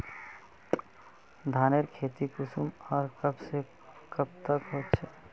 धानेर खेती कुंसम आर कब से कब तक होचे?